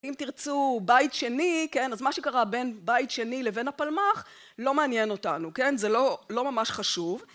אם תרצו בית שני, כן, אז מה שקרה בין בית שני לבין הפלמח לא מעניין אותנו, כן, זה לא ממש חשוב.